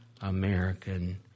American